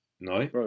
no